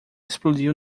explodiu